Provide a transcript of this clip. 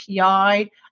API